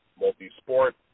multi-sport